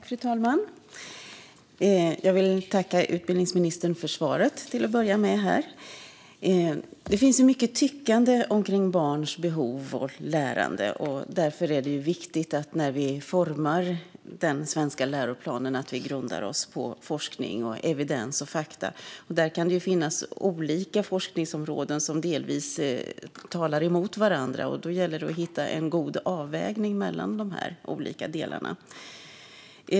Fru talman! Till att börja med vill jag tacka utbildningsministern för svaret. Det finns så mycket tyckande kring barns behov och lärande. Därför är det viktigt att vi när vi formar den svenska läroplanen grundar den på forskning, evidens och fakta. Där kan det finnas olika forskningsområden som delvis talar emot varandra, och då gäller det att hitta en god avvägning mellan de olika delarna.